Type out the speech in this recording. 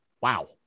Wow